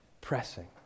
pressing